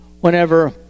Whenever